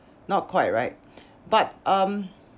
not quite right but um